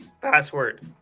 Password